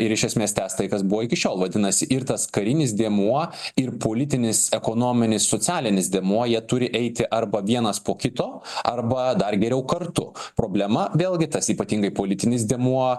ir iš esmės tęs tai kas buvo iki šiol vadinasi ir tas karinis dėmuo ir politinis ekonominis socialinis dėmuo jie turi eiti arba vienas po kito arba dar geriau kartu problema vėlgi tas ypatingai politinis dėmuo